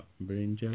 bringer